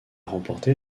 remporté